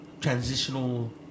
Transitional